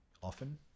often